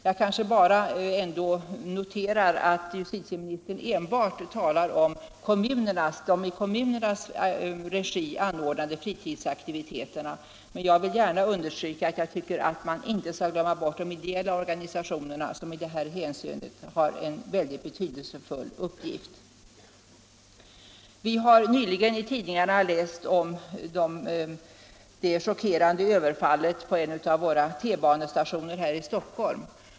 Jag noterar ändå att justitieministern enbart talar om de i kommunernas regi anordnade fritidsaktiviteterna. Men jag vill gärna understryka att man inte skall glömma bort de ideella organisationerna som i detta hänseende har en mycket betydelsefull uppgift. Vi har nyligen i tidningarna läst om det chockerande överfallet på en av tunnelbanestationerna i Stockholm.